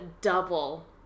double